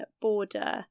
border